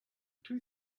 two